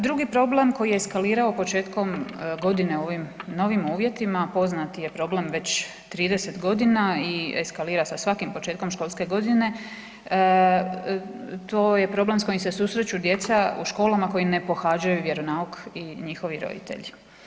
Drugi problem koji je eskalirao početkom godine u ovim novim uvjetima poznati je problem već 30 godina i eskalira sa svakim početkom školske godine, to je problem s kojim se susreću djeca u školama koja ne pohađaju vjeronauk i njihovi roditelji.